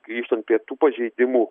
grįžtant prie tų pažeidimų